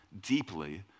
deeply